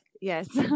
Yes